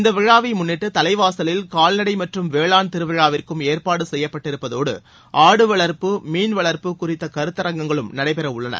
இந்த விழாவை முன்னிட்டு தலைவாசலில் கால்நடை மற்றும் வேளாண் திருவிழாவிற்கும் ஏற்பாடு செய்யப்பட்டிருப்பதோடு ஆடு வளர்ப்பு மீன்வளர்ப்பு குறித்த கருத்தாங்கங்களும் நடைபெற உள்ளன